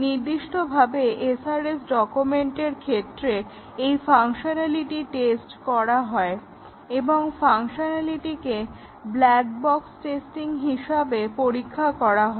নির্দিষ্টভাবে SRS ডকুমেন্টের ক্ষেত্রে এই ফাংশনালিটি টেস্ট করা হয় এবং ফাংশনালিটিকে ব্ল্যাক বক্স টেস্টিং হিসাবে পরীক্ষা করা হয়